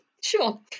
Sure